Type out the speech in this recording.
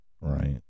right